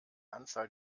anzahl